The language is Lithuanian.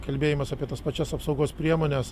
kalbėjimas apie tas pačias apsaugos priemones